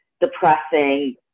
depressing